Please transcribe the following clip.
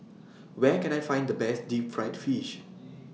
Where Can I Find The Best Deep Fried Fish